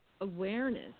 awareness